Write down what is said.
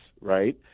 right